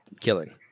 killing